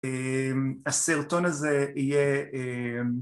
הסרטון הזה יהיה